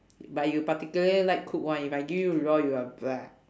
but you particularly like cook one if I give you raw you are